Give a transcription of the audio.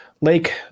lake